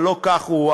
אבל לא כך הוא,